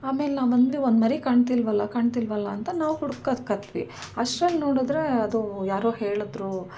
ಆಮೇಲೆ ನಾವು ಬಂದು ಒಂದು ಮರಿ ಕಾಣ್ತಿಲ್ವಲ್ಲ ಕಾಣ್ತಿಲ್ವಲ್ಲ ಅಂತ ನಾವು ಹುಡ್ಕೋದ್ಕತ್ವಿ ಅಷ್ಟರಲ್ ನೋಡಿದ್ರೆ ಅದು ಯಾರೋ ಹೇಳಿದ್ರು